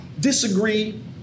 disagree